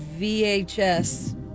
VHS